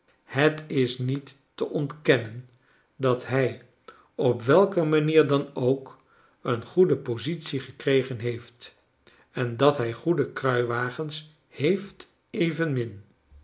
het is niet te ontkennen dat hij op welke manier dan ook een goede positie gekregen heeft en dat hij goede kruiwagens heeft evenmin